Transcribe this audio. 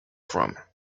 from